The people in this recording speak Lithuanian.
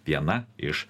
viena iš